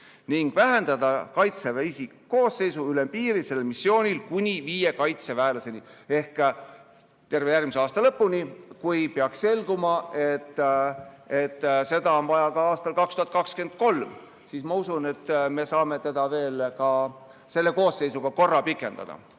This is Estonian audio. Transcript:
ning vähendada Kaitseväe isikkoosseisu ülempiiri sellel missioonil kuni viie kaitseväelaseni." Ehk terve järgmise aasta lõpuni. Kui peaks selguma, et seda on vaja ka aastal 2023, siis me saame seda, ma usun, selle koosseisu jooksul veel korra pikendada.